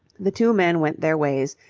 the two men went their ways,